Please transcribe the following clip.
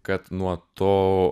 kad nuo to